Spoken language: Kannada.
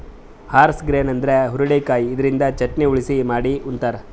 ಹಾರ್ಸ್ ಗ್ರೇನ್ ಅಂದ್ರ ಹುರಳಿಕಾಯಿ ಇದರಿಂದ ಚಟ್ನಿ, ಉಸಳಿ ಮಾಡಿ ಉಂತಾರ್